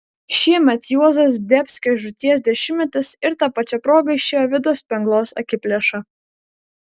šiemet juozo zdebskio žūties dešimtmetis ir ta pačia proga išėjo vido spenglos akiplėša